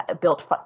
built